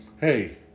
Hey